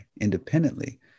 independently